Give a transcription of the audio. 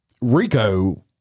Rico